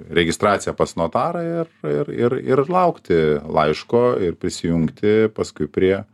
registracija pas notarą ir ir ir ir laukti laiško ir prisijungti paskui prie